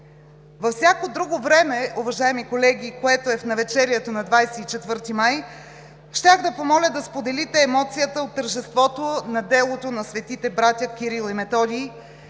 Във всяко друго време, уважаеми колеги, което е в навечерието на 24 май, щях да помоля да споделите емоцията от тържеството на делото на светите братя Кирил и Методий